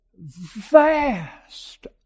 vast